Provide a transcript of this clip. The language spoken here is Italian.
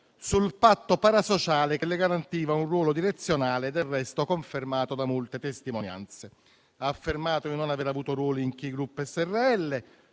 sul patto parasociale che le garantiva un ruolo direzionale, del resto confermato da molte testimonianze. Ha affermato di non aver avuto ruoli in Ki Group